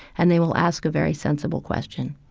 and they will ask a very sensible question,